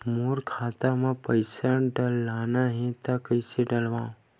मोर खाता म पईसा डालना हे त कइसे डालव?